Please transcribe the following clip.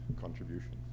contribution